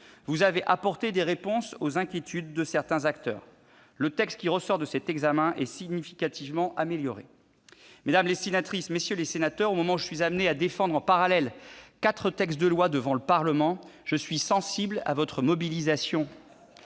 Vous avez apporté des réponses aux inquiétudes de certains acteurs. Le texte ressort significativement amélioré de l'examen en commission. Mesdames, messieurs les sénateurs, au moment où je suis amené à défendre, en parallèle, quatre textes de loi devant le Parlement, je suis sensible à votre mobilisation.